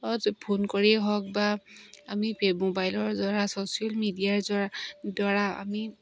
phone কৰিয়েই হওক বা আমি মোবাইলৰ দ্বাৰা ছ'চিয়েল মিডিয়াৰ দ্বাৰা আমি